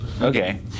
Okay